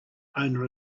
owner